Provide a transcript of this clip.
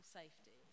safety